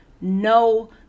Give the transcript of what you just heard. no